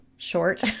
Short